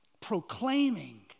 Proclaiming